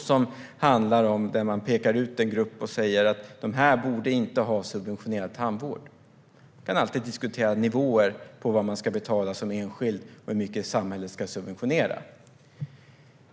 Man pekar ut en grupp människor och säger att de inte borde ha subventionerad tandvård. Nivåerna för vad man ska betala som enskild och hur mycket samhället ska subventionera kan alltid diskuteras.